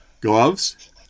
Gloves